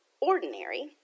ordinary